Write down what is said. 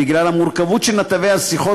בגלל המורכבות של נתבי השיחות,